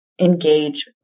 engage